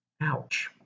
Ouch